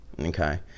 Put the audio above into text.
Okay